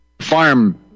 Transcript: farm